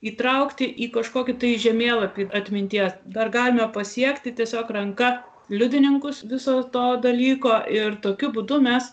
įtraukti į kažkokį tai žemėlapį atminties dar galima pasiekti tiesiog ranka liudininkus viso to dalyko ir tokiu būdu mes